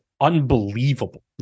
unbelievable